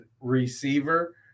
receiver